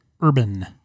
urban